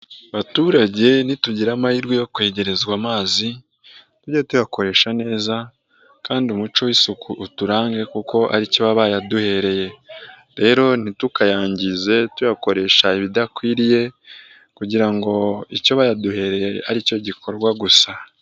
Baturage, nitugira amahirwe yo kwegerezwa amazi, tujye tuyakoresha neza, kandi umuco w'isuku uturangage, kuko ari cyo baba bayaduhereye. Rero ntitukayangize tuyakoresha ibidakwiriye, kugira ngo icyo bayaduhereye ari cyo gikorwa gusa.